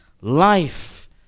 life